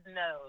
no